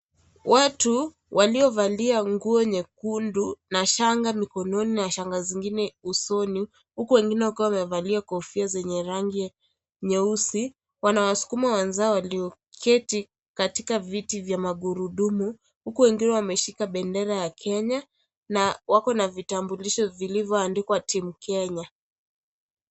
Watu waliovalia nguo nyekundu na shanga mikononi na shanga zingine usoni huko wengine wakiwa wamevalia kofia zenye rangi nyeusi wanawasukuma wenzao walioketi katika viti vya magurudumu huku wengine wameshika bendera ya Kenya na wako na vitambulisho vilivyoandikwa timu Kenya.